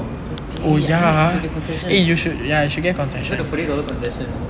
I need to get concession you know the forty dollar concession